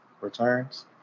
returns